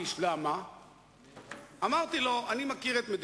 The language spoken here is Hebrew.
אני עכשיו שמעתי גם שהוא הוזמן